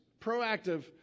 proactive